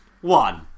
one